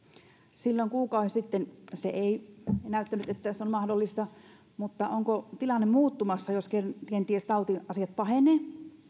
silloin kuukausi sitten ei näyttänyt että se on mahdollista mutta onko tilanne muuttumassa jos kenties tautiasiat pahenevat